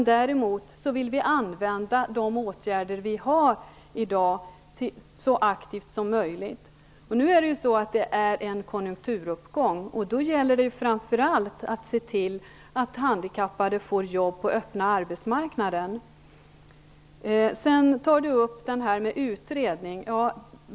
Däremot vill vi så aktivt som möjligt utnyttja de åtgärder som i dag finns. Nu har vi en konjunkturuppgång. Det gäller därför att framför allt se till att handikappade får jobb på den öppna arbetsmarknaden. Vidare tar Ola Ström upp frågan om en utredning.